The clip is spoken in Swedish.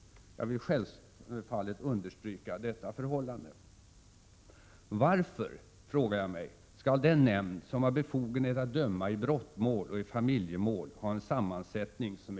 Hans förhoppningar kom på skam.